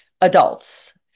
adults